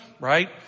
right